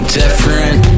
different